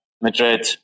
Madrid